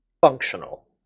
functional